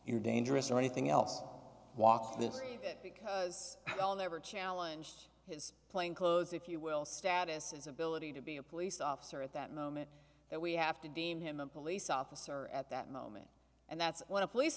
you're dangerous or anything else walk this because i will never challenge his plain clothes if you will status is ability to be a police officer at that moment that we have to deem him the police officer at that moment and that's when a police